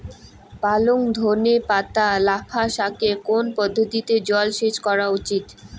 পালং ধনে পাতা লাফা শাকে কোন পদ্ধতিতে জল সেচ করা উচিৎ?